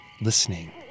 listening